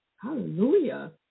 Hallelujah